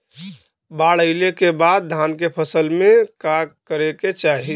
बाढ़ आइले के बाद धान के फसल में का करे के चाही?